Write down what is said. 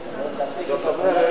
זאת אומרת,